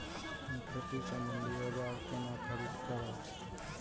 हम खेती सम्बन्धी औजार केना खरीद करब?